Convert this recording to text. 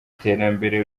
iterambere